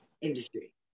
industry